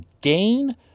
gain